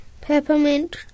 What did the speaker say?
peppermint